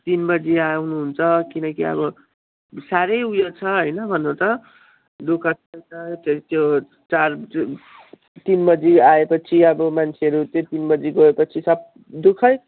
तिन बजी आउनु हुन्छ किनकि अब साह्रै उयो छ होइन भन्नु त दुःख पनि छ फेरि त्यो चार जुन तिन बजी आएपछि अब मान्छेहरू त्यही तिन बजी गएपछि सब दुःखै